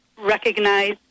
recognize